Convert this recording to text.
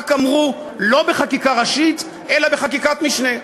רק אמרו לא בחקיקה ראשית אלא בחקיקת משנה.